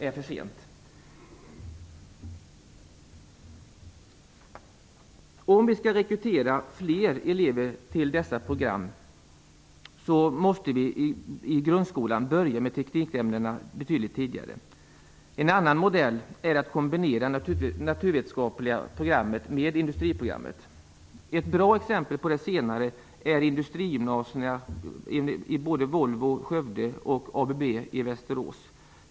Om fler elever skall rekryteras till dessa program måste teknikämnena påbörjas tidigare i grundskolan. En annan modell är att kombinera naturvetenskapliga programmet med industriprogrammet. Ett bra exempel på detta är industrigymnasierna på Volvo i Skövde och ABB i Västerås.